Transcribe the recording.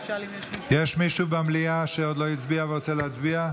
יש מישהו במליאה שעוד לא הצביע ורוצה להצביע?